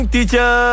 Teacher